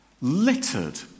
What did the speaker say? littered